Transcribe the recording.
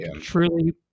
truly